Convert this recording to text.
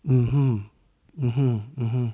hmm hmm hmm